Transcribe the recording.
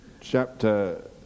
chapter